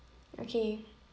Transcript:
okay